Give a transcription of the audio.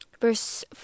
Verse